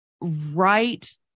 right